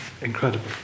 incredible